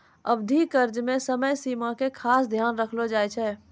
अवधि कर्ज मे समय सीमा के खास ध्यान रखलो जाय छै